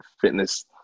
fitness